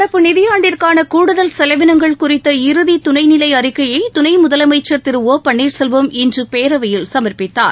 நடப்பு நிதியாண்டிற்கான கூடுதல் செலவினங்கள் குறித்த இறுதி துணைநிலை அறிக்கையை துணை முதலமைச்சர் திரு ஓ பன்னீர்செல்வம் இன்று பேரவையில் சமர்ப்பிக்கார்